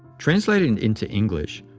translated and into english,